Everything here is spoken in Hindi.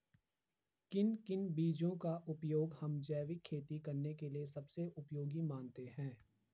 किन किन बीजों का उपयोग हम जैविक खेती करने के लिए सबसे उपयोगी मानते हैं?